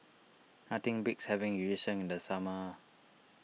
nothing beats having Yu Sheng in the summer